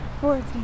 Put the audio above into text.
Fourteen